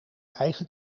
eigen